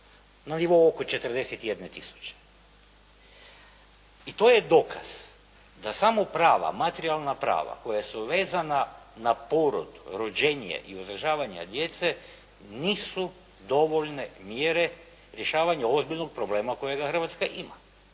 na nivou oko 41 tisuće i to je dokaz da samo materijalna prava koja su vezana na porod, rođenje i uzdržavanja djece nisu dovoljne mjere rješavanja ozbiljnog problema kojega Hrvatska ima.